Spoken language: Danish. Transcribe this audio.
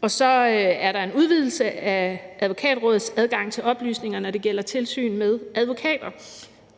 om. Så er der en udvidelse af Advokatrådets adgang til oplysninger, når det gælder tilsyn med advokater.